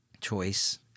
choice